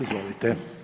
Izvolite.